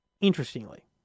interestingly